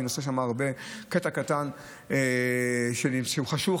אני נוסע שם הרבה, קטע קטן שהוא חשוך.